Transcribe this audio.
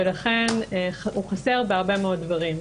הוא חסר בהרבה דברים.